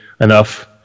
enough